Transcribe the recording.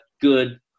good